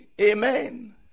Amen